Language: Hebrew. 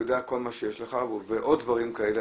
הוא יודע על כל מה שיש לך ועוד דברים כאלה,